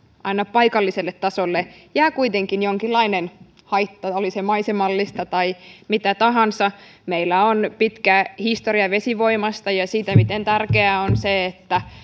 paikalliselle tasolle jää kuitenkin aina jonkinlainen haitta oli se maisemallista tai mitä tahansa meillä on pitkä historia vesivoimasta ja siitä miten tärkeää on se että